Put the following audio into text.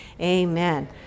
Amen